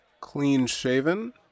Clean-shaven